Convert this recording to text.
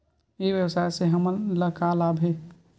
ई व्यवसाय से हमन ला का लाभ हे?